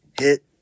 hit